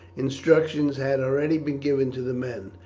instructions had already been given to the men.